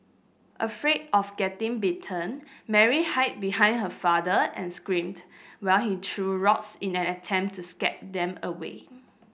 afraid of getting bitten Mary hide behind her father and screamed while he threw rocks in an attempt to scare them away